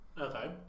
Okay